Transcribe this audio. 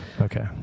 Okay